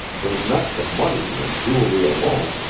was not for money and jewelry alone,